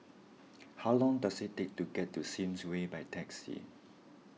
how long does it take to get to Sims Way by taxi